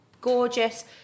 gorgeous